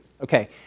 Okay